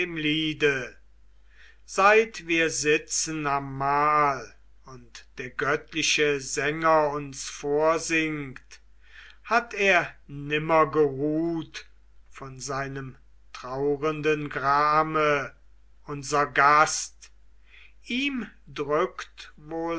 seit wir sitzen am mahl und der göttliche sänger uns vorsingt hat er nimmer geruht von seinem trauernden grame unser gast ihm drückt wohl